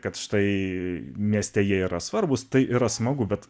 kad štai mieste jie yra svarbūs tai yra smagu bet